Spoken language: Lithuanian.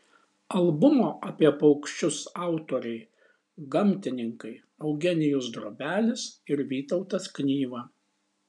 albumo apie paukščius autoriai gamtininkai eugenijus drobelis ir vytautas knyva